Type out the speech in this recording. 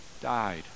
died